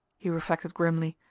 he reflected grimly,